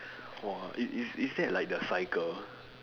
!wah! is is is that like the cycle